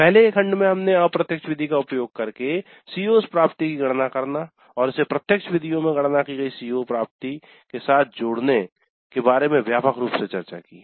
पहले के खंड में हमने अप्रत्यक्ष विधि का उपयोग करके CO's प्राप्ति की गणना करना और इसे प्रत्यक्ष विधियों में गणना की गई CO's प्राप्ति के साथ जोड़ने के बारे में व्यापक रूप से चर्चा की है